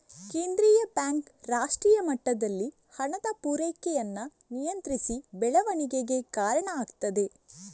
ಕೇಂದ್ರೀಯ ಬ್ಯಾಂಕ್ ರಾಷ್ಟ್ರೀಯ ಮಟ್ಟದಲ್ಲಿ ಹಣದ ಪೂರೈಕೆಯನ್ನ ನಿಯಂತ್ರಿಸಿ ಬೆಳವಣಿಗೆಗೆ ಕಾರಣ ಆಗ್ತದೆ